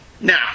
Now